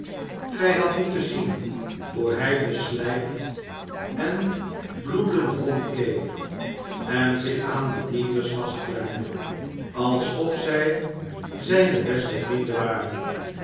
gij hadt moeten zien hoe hij beslijkt en bloedend rondkeek en zich aan de dienders vastklemde alsof zij zijne beste vrienden waren